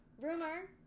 Rumor